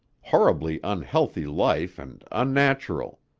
horribly unhealthy life and unnatural.